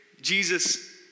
Jesus